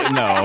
no